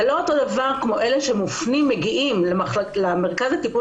זה לא אותו דבר כמו אלה שמגיעים למרכז לטיפול